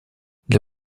для